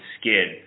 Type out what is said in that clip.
skid